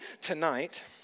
tonight